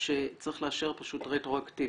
שצריך לאשר פשוט רטרואקטיבית.